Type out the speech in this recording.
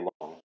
long